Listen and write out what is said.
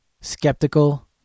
skeptical